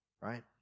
right